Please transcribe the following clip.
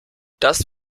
das